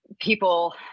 people